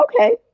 Okay